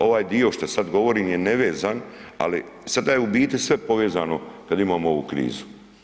Ovaj dio što sad govorim je nevezan, ali sada je u biti sve povezano kad imamo ovu krizu.